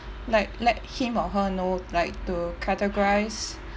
like let him or her know like to categorise